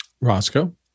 Roscoe